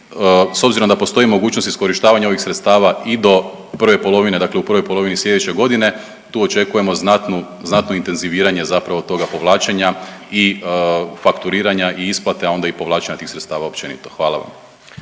s obzirom da postoji mogućnost iskorištavanja ovih sredstava i do prve polovine, dakle u prvoj polovini slijedeće godine, tu očekujemo znatnu, znatno intenziviranje zapravo toga povlačenja i fakturiranja i isplate, a onda i povlačenja tih sredstava općenito. Hvala vam.